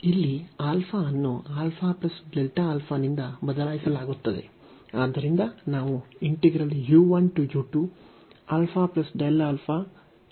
ಇಲ್ಲಿ α ಅನ್ನು ನಿಂದ ಬದಲಾಯಿಸಲಾಗುತ್ತದೆ